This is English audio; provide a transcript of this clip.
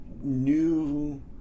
New